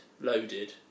loaded